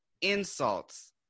insults